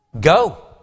go